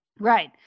Right